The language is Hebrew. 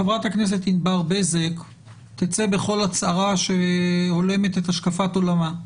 חברת הכנסת ענבר בזק תצא בכל הצהרה שהולמת את השקפת עולמה,